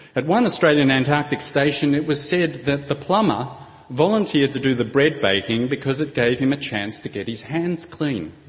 at one australian antarctic station it was said that the plumber volunteered to do the bread baking because it gave him a chance to get his hands clean.